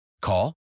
Call